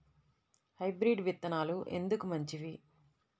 Hybrid విత్తనాలు ఎందుకు మంచివి?